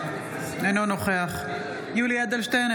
אינו נוכח יולי יואל אדלשטיין,